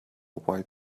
white